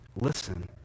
Listen